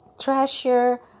treasure